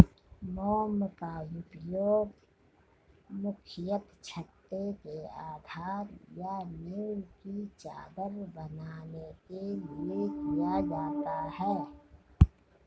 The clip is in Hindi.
मोम का उपयोग मुख्यतः छत्ते के आधार या नीव की चादर बनाने के लिए किया जाता है